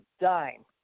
dime